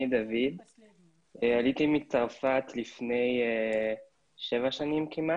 עליתי מצרפת לפני כמעט שבע שנים.